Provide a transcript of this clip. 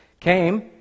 came